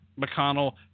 McConnell